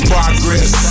Progress